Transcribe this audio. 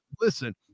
listen